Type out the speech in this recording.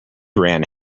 ran